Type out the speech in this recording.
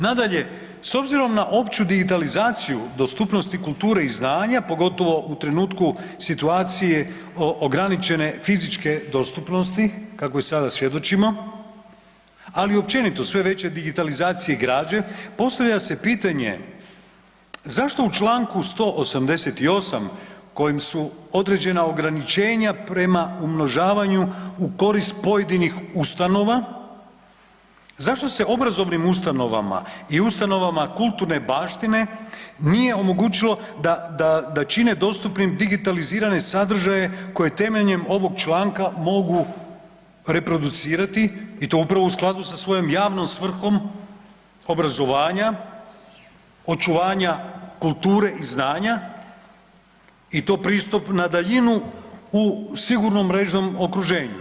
Nadalje, s obzirom na opću digitalizaciju dostupnosti kulture i znanja pogotovo u trenutku situacije ograničene fizičke dostupnosti kakvoj i sada svjedočimo, ali i općenito sve većoj digitalizaciji građe postavlja se pitanje zašto u Članku 188. kojim su određena ograničenja prema umnožavanju u korist pojedinih ustanova, zašto se obrazovnim ustanovama i ustanovama kulturne baštine nije omogućilo da čine dostupnim digitalizirane sadržaje koje temeljem ovog članka mogu reproducirati i to upravo u skladu sa svojom javnom svrhom obrazovanja, očuvanja kulture i znanje i to pristup na daljinu u sigurnom mrežnom okruženju.